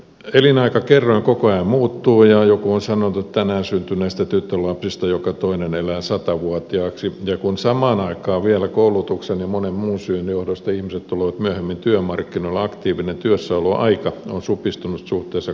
elinaikakerroin koko ajan muuttuu ja joku on sanonut että tänään syntyneistä tyttölapsista joka toinen elää satavuotiaaksi ja kun samaan aikaan vielä koulutuksen ja monen muun syyn johdosta ihmiset tulevat myöhemmin työmarkkinoille aktiivinen työssäoloaika on supistunut suhteessa kokonaiselinaikaan